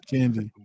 Candy